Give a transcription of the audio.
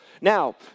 Now